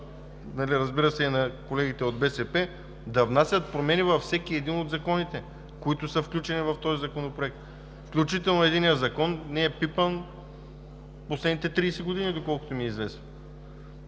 разбира се, и на колегите от БСП, да внасят промени във всеки един от законите, които са включени в този законопроект. Включително единият закон не е пипан през последните 30 години, доколкото ми е известно.